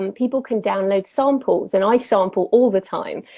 um people can download samples and i sample all the time.